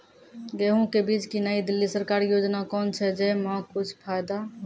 गेहूँ के बीज की नई दिल्ली सरकारी योजना कोन छ जय मां कुछ फायदा हुआ?